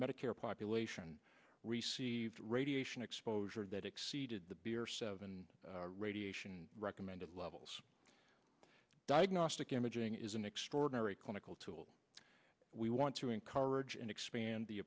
medicare population received radiation exposure that exceeded the beer seven radiation recommended levels diagnostic imaging is an extraordinary clinical tool we want to encourage and expand the